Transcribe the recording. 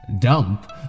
Dump